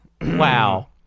Wow